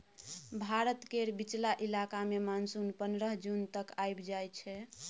भारत केर बीचला इलाका मे मानसून पनरह जून तक आइब जाइ छै